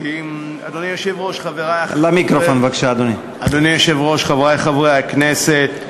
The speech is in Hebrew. אדוני היושב-ראש, חברי חברי הכנסת,